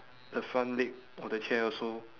the front leg of the chair also